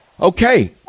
Okay